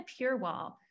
Purewall